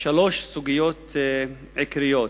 שלוש סוגיות עיקריות.